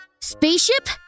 Spaceship